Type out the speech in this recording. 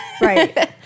Right